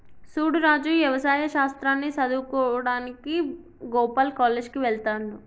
సూడు రాజు యవసాయ శాస్త్రాన్ని సదువువుకోడానికి గోపాల్ కాలేజ్ కి వెళ్త్లాడు